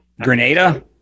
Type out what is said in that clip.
Grenada